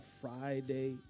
Friday